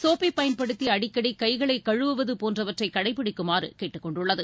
சோப்பை பயன்படுத்தி அடிக்கடி கைகளை கழுவுவது போன்றவற்றை கடைப்பிடிக்குமாறு கேட்டுக்கொண்டுள்ளது